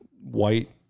white